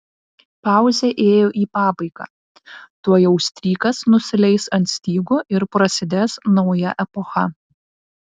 pauzė ėjo į pabaigą tuojau strykas nusileis ant stygų ir prasidės nauja epocha